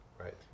right